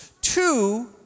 two